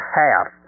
half